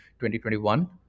2021